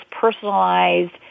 personalized